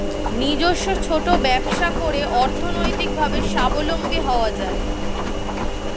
নিজস্ব ছোট ব্যবসা করে অর্থনৈতিকভাবে স্বাবলম্বী হওয়া যায়